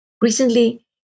Recently